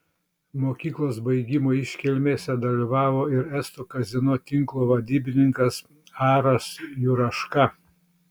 mokyklos baigimo iškilmėse dalyvavo ir estų kazino tinklo vadybininkas aras juraška